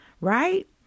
Right